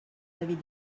avait